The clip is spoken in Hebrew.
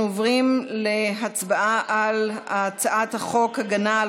אנחנו עוברים להצבעה על הצעת חוק הגנה על